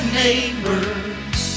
neighbors